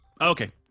Okay